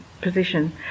position